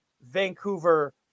Vancouver